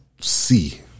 see